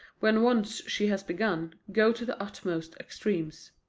when once she has begun, go to the utmost extremes.